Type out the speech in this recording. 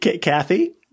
Kathy